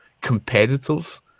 competitive